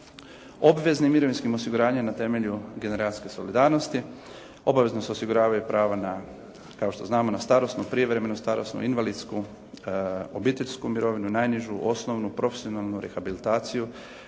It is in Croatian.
Obveznim mirovinskim osiguranjem na temelju generacijske solidarnosti obavezno se osigurava prava kao što znamo na starosnu, prijevremenu starosnu, invalidsku, obiteljsku mirovinu, najnižu osnovnu profesionalnu rehabilitaciju,